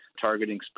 targeting